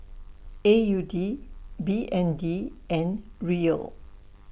A U D B N D and Riel